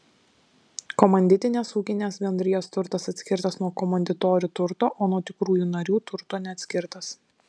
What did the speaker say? komanditinės ūkinės bendrijos turtas atskirtas nuo komanditorių turto o nuo tikrųjų narių turto neatskirtas